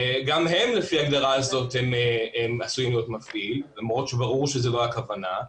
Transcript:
וגם הם לפי ההגדרה הזאת עשויים להיות מפעיל למרות ברור שזאת לא הכוונה.